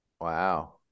Wow